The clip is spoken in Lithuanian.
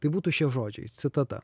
tai būtų šie žodžiai citata